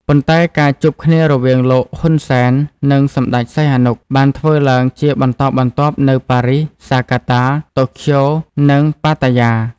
ប៉ុន្តែ ការជួបគ្នារវាង លោក ហ៊ុនសែន និងសម្តេច សីហនុ បានធ្វើឡើងជាបន្តបន្ទាប់នៅ ប៉ារីស ហ្សាកាតា តូក្យូ និង ប៉ាតាយា។